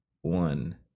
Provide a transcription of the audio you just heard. one